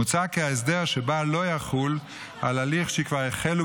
מוצע כי ההסדר שבה לא יחול על הליך שכבר החלו